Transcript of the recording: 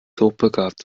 hochbegabt